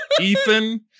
Ethan